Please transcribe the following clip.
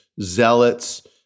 zealots